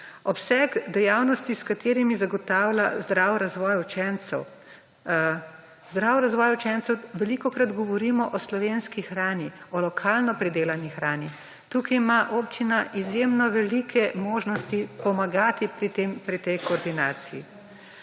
Obseg dejavnosti, s katerimi zagotavlja zdrav razvoj učencev. Zdrav razvoj učencev, velikokrat govorimo o slovenski hrani, o lokalno pridelani hrani. Tukaj ima občina izjemno velike možnosti pomagati pri tej koordinaciji.